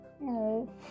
No